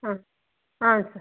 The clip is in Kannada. ಹಾಂ ಹಾಂ ಸರ್